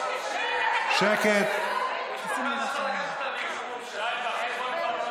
מירב, איפה השר?